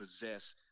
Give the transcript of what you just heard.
possess